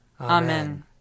Amen